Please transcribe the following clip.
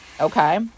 okay